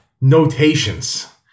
notations